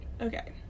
Okay